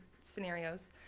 scenarios